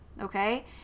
Okay